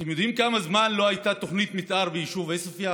אתם יודעים כמה זמן לא הייתה תוכנית מתאר ביישוב עוספיא?